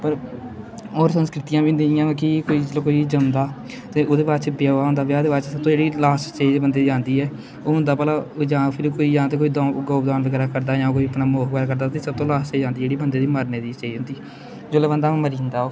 और होर संस्कृतियां बी होंदियां जियां मतलब कि कोई जिसलै कोई जमदा ते ओह्दे बाद च ब्याह् होंदा ब्याह् दे बाद च सबतों जेह्ड़ी लास्ट स्टेज बंदे दी औंदी ऐ ओह् होंदा भला ओह् जां फिर कोई जां ते कोई दो गोदान बगैरा करदा जां फिर कोई अपना मोख बगैरा करदा ओह्दे च सबतों लास्ट स्टेज औंदी जेह्ड़ी बंदे दी मरने दी स्टेज होंदी जोल्लै बंदा हून मरी जंदा ओह्